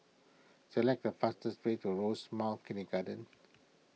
select the fastest way to Rosemount Kindergarten